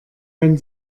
wenn